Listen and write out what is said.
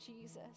Jesus